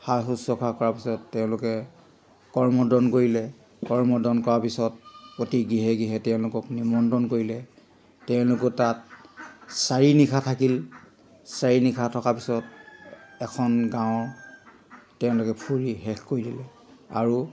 সা শুশ্ৰূষা কৰাৰ পিছত তেওঁলোকে কৰমৰ্দন কৰিলে কৰমৰ্দন কৰাৰ পিছত প্ৰতি গৃহে গৃহে তেওঁলোকক নিমন্ত্ৰণ কৰিলে তেওঁলোকো তাত চাৰি নিশা থাকিল চাৰি নিশা থকা পিছত এখন গাঁও তেওঁলোকে ফুৰি শেষ কৰি দিলে আৰু